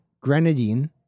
Grenadine